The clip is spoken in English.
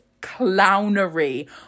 clownery